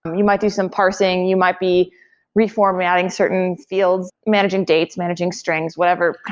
um you might do some parsing. you might be reformatting certain fields, managing dates, managing strings, whatever,